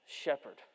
shepherd